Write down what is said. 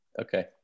Okay